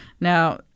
Now